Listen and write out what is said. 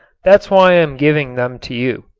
that's why i am giving them to you.